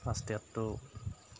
first ইয়াৰটো